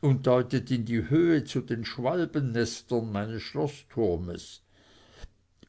und deutet in die höhe zu den schwalbennestern meines schloßturmes